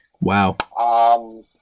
Wow